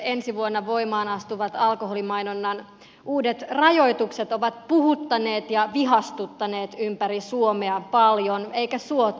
ensi vuonna voimaan astuvat alkoholimainonnan uudet rajoitukset ovat puhuttaneet ja vihastuttaneet ympäri suomea paljon eivätkä suotta